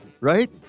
right